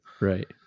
Right